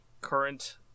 current